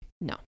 No